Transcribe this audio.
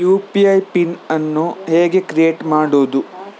UPI PIN ಅನ್ನು ಹೇಗೆ create ಮಾಡುದು?